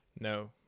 No